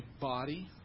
body